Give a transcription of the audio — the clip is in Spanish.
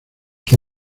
que